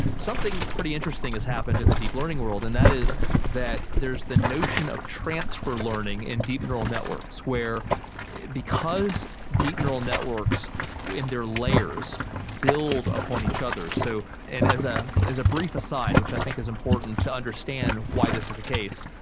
something pretty interesting has happened in the deep learning world, and that is that there is the notion of transfer learning in deep neural networks, where because deep neural networks in their layers build upon each other. so and as ah a brief aside, which i think is important to understand why this is the case.